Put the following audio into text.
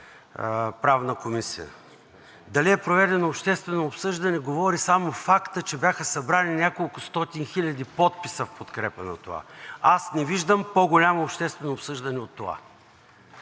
Правната комисия. Дали е проведено обществено обсъждане, говори само фактът, че бяха събрани няколкостотин хиляди подписа в подкрепа на това. Аз не виждам по-голямо обществено обсъждане от това.